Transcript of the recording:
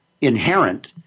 inherent